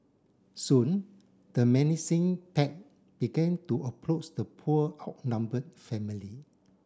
soon the menacing pack began to approach the poor outnumbered family